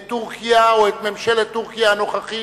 את טורקיה או את ממשלת טורקיה הנוכחית,